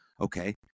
okay